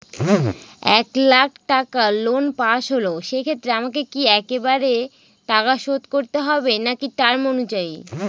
এক লাখ টাকা loan pass হল সেক্ষেত্রে আমাকে কি একবারে টাকা শোধ করতে হবে নাকি টার্ম অনুযায়ী?